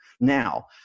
Now